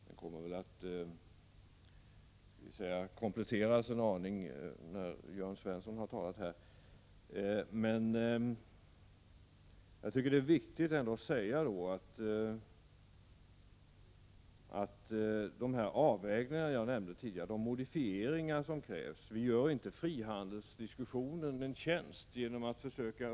Den kommer väl att kompletteras och nyanseras en aning när Jörn Svensson har talat. Men det är viktigt att konstatera att vi inte gör frihandeln någon tjänst genom att undvika de avvägningar som jag nämnde tidigare och de modifieringar som krävs.